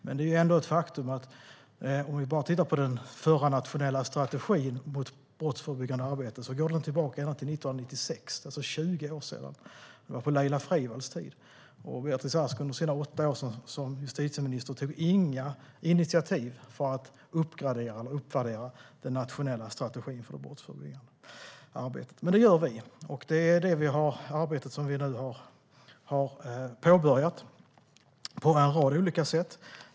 Men det är ändå ett faktum att den förra nationella strategin mot brottsförebyggande arbete går tillbaka ända till 1996, alltså 20 år sedan. Det var på Laila Freivalds tid. Beatrice Ask tog under sina åtta år som justitieminister inga initiativ för att uppgradera eller uppvärdera den nationella strategin för det brottsförebyggande arbetet. Men det gör vi. Och det är det arbetet som vi nu har påbörjat på en rad olika sätt.